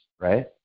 right